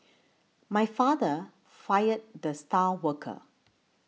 my father fired the star worker